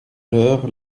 l’heure